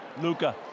Luca